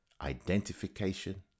identification